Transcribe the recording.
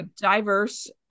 diverse